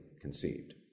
conceived